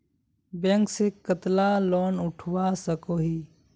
Bank से कतला loan उठवा सकोही?